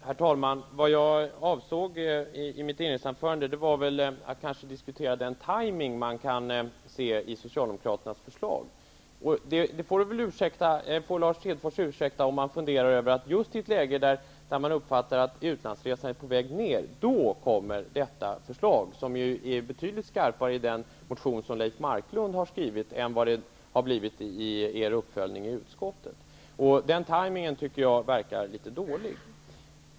Herr talman! Vad jag avsåg i mitt inledningsanförande var kanske mer att diskutera den timing man kan se i Socialdemokraternas förslag. Lars Hedfors får ursäkta att man funderar över att Socialdemokraterna i just det läge där man uppfattar att antalet utlandsresor är på väg ned kommer med detta förslag, som ju i den motion som Leif Marklund har skrivit är betydligt skarpare än i er uppföljning i utskottet. Jag tycker att timingen verkar litet dålig.